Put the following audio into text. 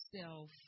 self